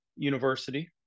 university